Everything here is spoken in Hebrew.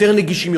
יותר נגישים,